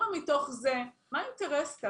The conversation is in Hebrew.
מה האינטרס של